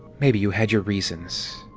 maybe you had your reasons.